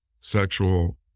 sexual